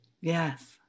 yes